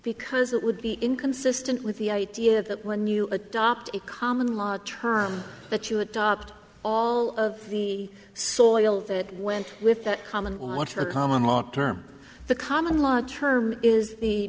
because it would be inconsistent with the idea that when you adopt a common law term that you adopt all of the soil that went with the common water common law term the common law term is the